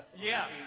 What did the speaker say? Yes